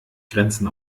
grenzen